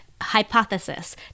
hypothesis